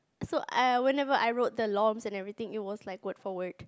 so I whenever I wrote the longs and everything it was like word for word